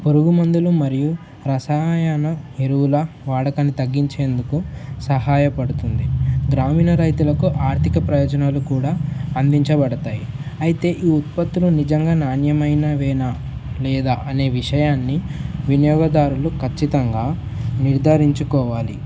పురుగు మందులు మరియు రసాయన ఎరువుల వాడకని తగ్గించేందుకు సహాయపడుతుంది గ్రామీణ రైతులకు ఆర్థిక ప్రయోజనాలు కూడా అందించబడతాయి అయితే ఈ ఉత్పత్తులు నిజంగా నాణ్యమైన వనా లేదా అనే విషయాన్ని వినియోగదారులు ఖచ్చితంగా నిర్ధారించుకోవాలి